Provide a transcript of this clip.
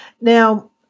Now